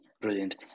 brilliant